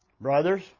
Brothers